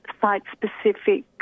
site-specific